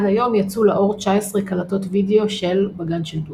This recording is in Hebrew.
עד היום יצאו לאור 19 קלטות וידאו של "בגן של דודו".